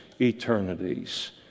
eternities